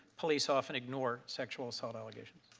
police often ignore sexual assault allegations.